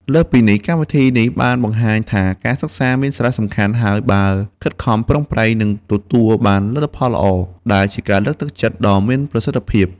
លើសពីនេះ កម្មវិធីនេះបានបង្ហាញថាការសិក្សាមានសារៈសំខាន់ ហើយបើខិតខំប្រឹងប្រែងនឹងទទួលបានលទ្ធផលល្អ ដែលជាការលើកទឹកចិត្តដ៏មានប្រសិទ្ធភាព។